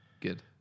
good